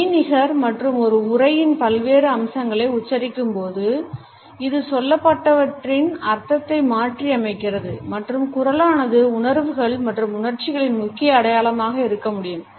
மெய்நிகர் மற்றும் ஒரு உரையின் பல்வேறு அம்சங்களை உச்சரிக்கும்போது இது சொல்லப்பட்டவற்றின் அர்த்தத்தை மாற்றியமைக்கிறது மற்றும் குரலானது உணர்வுகள் மற்றும் உணர்ச்சிகளின் முக்கிய அடையாளமாக இருக்க முடியும்